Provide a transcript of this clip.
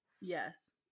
Yes